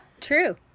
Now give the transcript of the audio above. true